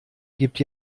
gibt